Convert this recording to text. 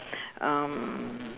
um